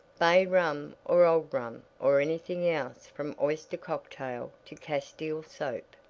bay rum or old rum or anything else from oyster cocktail to castile soap.